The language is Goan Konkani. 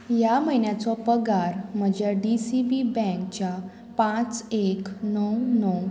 ह्या म्हयन्याचो पगार म्हज्या डी सी बी बँकच्या पांच एक णव णव